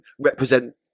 represent